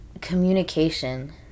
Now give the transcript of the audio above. communication